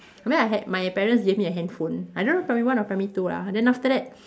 I mean I had my parents gave me a handphone I don't know primary one or primary two lah then after that